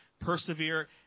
persevere